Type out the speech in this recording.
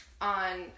on